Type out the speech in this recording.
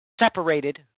Separated